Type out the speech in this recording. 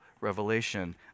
revelation